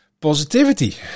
Positivity